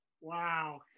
Wow